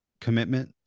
commitment